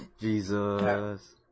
Jesus